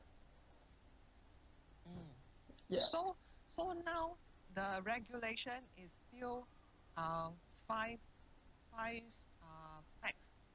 ya